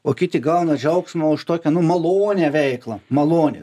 o kiti gauna džiaugsmo už tokią nu malonią veiklą malonią